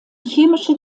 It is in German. chemische